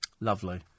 Lovely